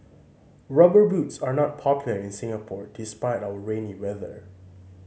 Rubber Boots are not popular in Singapore despite our rainy weather